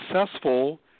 successful